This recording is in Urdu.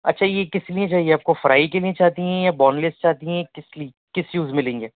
اچھا یہ کس لیے چاہیے آپ کو فرائی کے لیے چاہتی ہیں یا بون لیس چاہتی ہیں کس لیے کس یوز میں لیں گی